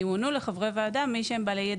ימונו לחברי ועדה מי שהם בעלי ידע